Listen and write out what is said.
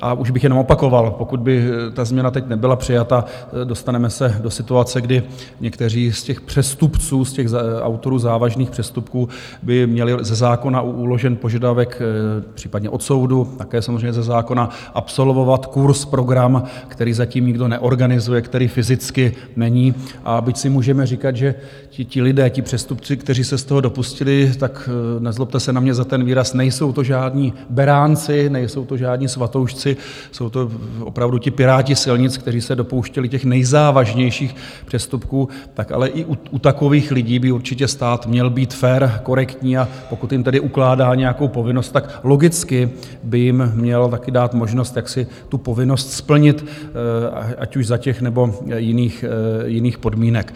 A už bych jenom opakoval, pokud by ta změna teď nebyla přijata, dostaneme se do situace, kdy někteří z těch přestupců, autorů závažných přestupků, by měli ze zákona uložen požadavek, případně od soudu, také samozřejmě ze zákona, absolvovat kurz, program, který zatím nikdo neorganizuje, který fyzicky není, a byť si můžeme říkat, že ti lidé, ti přestupci, kteří se toho dopustili nezlobte se na mě za ten výraz nejsou žádní beránci, nejsou to žádní svatoušci, jsou to opravdu piráti silnic, kteří se dopouštěli těch nejzávažnějších přestupků, ale i u takových lidí by určitě stát měl být fér, korektní, a pokud jim tedy ukládá nějakou povinnost, logicky by jim měl taky dát možnost, jak si tu povinnost splnit, ať už za těch, nebo jiných podmínek.